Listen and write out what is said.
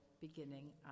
beginning